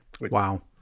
Wow